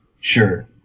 Sure